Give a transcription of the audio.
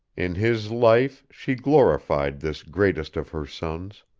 in his life she glorified this greatest of her sons,